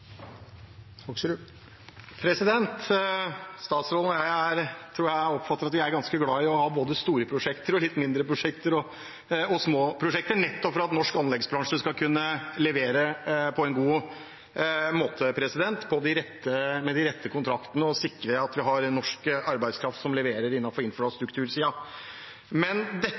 ganske glad i å ha både store prosjekter, litt mindre prosjekter og små prosjekter nettopp for at norsk anleggsbransje skal kunne levere på en god måte, med de rette kontraktene, og sikre at vi har norsk arbeidskraft som leverer